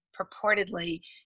purportedly